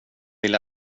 vill